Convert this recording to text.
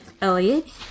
Elliot